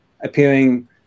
appearing